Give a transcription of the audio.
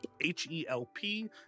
H-E-L-P